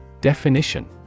Definition